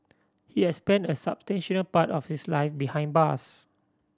he had spent a substantial part of his life behind bars